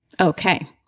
Okay